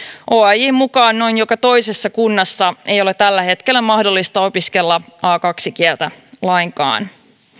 oajn mukaan noin joka toisessa kunnassa ei ole tällä hetkellä mahdollista opiskella a kaksi kieltä lainkaan